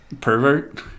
Pervert